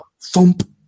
thump